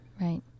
Right